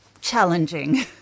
challenging